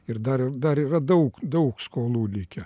ir dar ir dar yra daug daug skolų likę